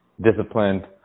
disciplined